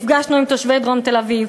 נפגשנו עם תושבי דרום תל-אביב,